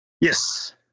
Yes